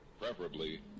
preferably